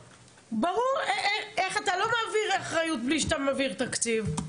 אתה לא מעביר אחריות בלי שאתה מעביר תקציב.